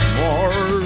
more